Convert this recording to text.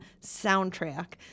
soundtrack